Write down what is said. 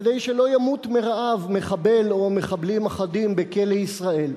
כדי שלא ימות מרעב מחבל או מחבלים אחדים בכלא ישראל.